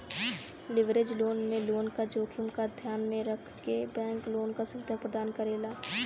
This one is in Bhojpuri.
लिवरेज लोन में लोन क जोखिम क ध्यान में रखके बैंक लोन क सुविधा प्रदान करेला